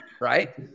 right